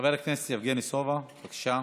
חבר הכנסת יבגני סובה, בבקשה.